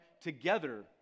together